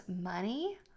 money